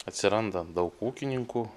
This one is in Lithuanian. atsiranda daug ūkininkų